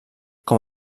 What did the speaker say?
com